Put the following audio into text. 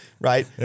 right